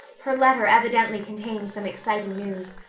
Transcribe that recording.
her letter evidently contained some exciting news,